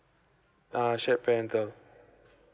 uh shared parental